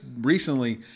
recently